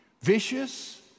vicious